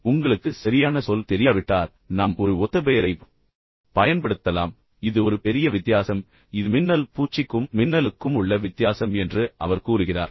எனவே உங்களுக்கு சரியான சொல் தெரியாவிட்டால் நாம் ஒரு ஒத்தபெயரைப் பயன்படுத்தலாம் ஆனால் அது ஒரு பெரிய விஷயம் என்று அவர் கூறுகிறார் இது ஒரு பெரிய வித்தியாசம் இது மின்னல் பூச்சிக்கும் மின்னலுக்கும் உள்ள வித்தியாசம் என்று அவர் கூறுகிறார்